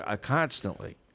constantly